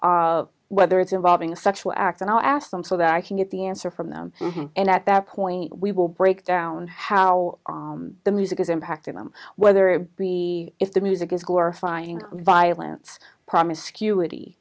know whether it's involving a sexual act and i'll ask them so that i can get the answer from them and at that point we will break down how the music is impacting them whether it be if the music is glorifying violence promiscu